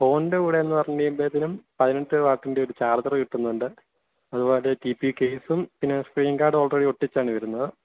ഫോണിൻറെ കൂടെയെന്നു പറഞ്ഞുകഴിയുമ്പോഴത്തേനും പതിനെട്ടു വാട്ടിൻ്റെ ഒരു ചാർജർ കിട്ടുന്നുണ്ട് അതുപോലെ ടീ പി യു കേസും പിന്നെ സ്ക്രീൻ ഗാർഡ് ഓൾറെഡി ഒട്ടിച്ചാണ് വരുന്നത്